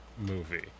movie